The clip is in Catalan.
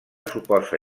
suposa